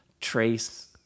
Trace